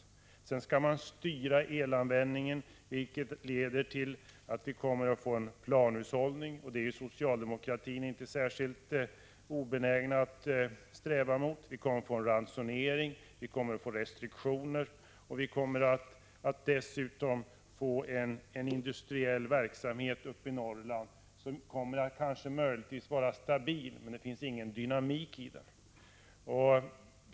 Socialdemokratin skall sedan styra elanvändningen, vilket leder till att vi får en planhushållning — och en sådan är inte socialdemokraterna särskilt obenägna att sträva mot. Vi kommer att drabbas av en ransonering och av restriktioner. Vi kommer dessutom att uppe i Norrland få en industriell verksamhet som möjligtvis kommer att vara stabil men som lär sakna dynamik.